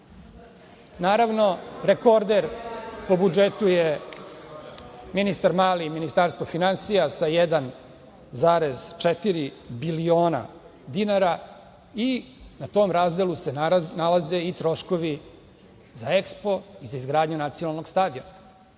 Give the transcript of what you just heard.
rekorder po budžetu je ministar Mali i Ministarstvo finansija sa 1,4 biliona dinara i na tom razdelu se nalaze i troškovi za EKSPO, za izgradnju Nacionalnog stadiona.